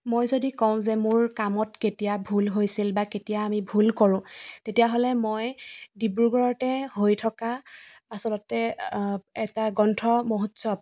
মই যদি কওঁ যে মোৰ কামত কেতিয়া ভুল হৈছিল বা কেতিয়া আমি ভুল কৰোঁ তেতিয়াহ'লে মই ডিব্ৰুগড়তে হৈ থকা আচলতে এটা গ্ৰন্থ মহোৎসৱ